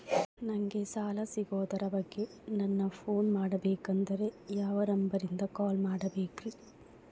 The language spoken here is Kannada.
ನಂಗೆ ಸಾಲ ಸಿಗೋದರ ಬಗ್ಗೆ ನನ್ನ ಪೋನ್ ಮಾಡಬೇಕಂದರೆ ಯಾವ ನಂಬರಿಗೆ ಕಾಲ್ ಮಾಡಬೇಕ್ರಿ?